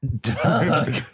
Doug